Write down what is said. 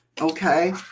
Okay